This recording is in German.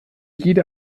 jede